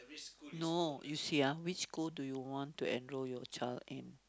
no you see ah which school do you want to enroll your child in